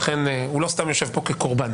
הוא לא סתם יושב פה כקורבן.